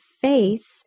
face